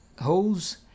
holes